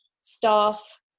staff